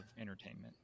entertainment